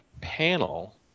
panel